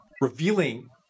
revealing